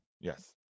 Yes